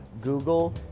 Google